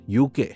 UK